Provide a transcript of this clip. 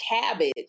cabbage